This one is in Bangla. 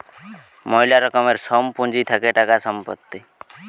ময়লা রকমের সোম পুঁজি থাকে টাকা, সম্পত্তি